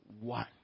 one